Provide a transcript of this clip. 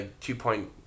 two-point